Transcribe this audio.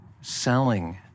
selling